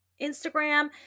Instagram